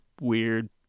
weird